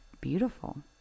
beautiful